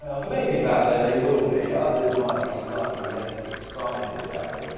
ah for many people out there they will be. others might be slightly less excited about them.